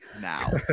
now